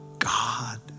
God